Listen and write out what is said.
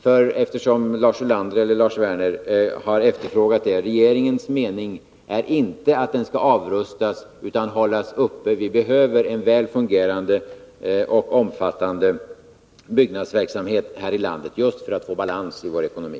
För regeringens mening — både Lars Ulander och Lars Werner har efterfrågat uppgifter på denna punkt — är inte att byggverksamheten skall avrustas utan att den skall hållas uppe. Vi behöver en väl fungerande och omfattande byggnadsverksamhet här i landet just för att få balans i vår ekonomi.